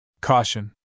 Caution